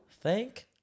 Thank